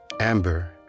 Amber